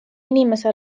inimese